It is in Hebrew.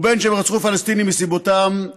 ובין שהם רצחו פלסטינים מסיבותיהם שלהם.